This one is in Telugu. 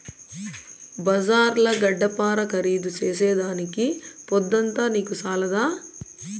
బజార్ల గడ్డపార ఖరీదు చేసేదానికి పొద్దంతా నీకు చాలదా